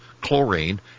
chlorine